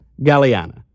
Galliana